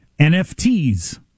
NFTs